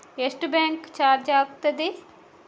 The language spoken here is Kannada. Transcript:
ಎಷ್ಟು ಬ್ಯಾಂಕ್ ಚಾರ್ಜ್ ಆಗುತ್ತದೆ?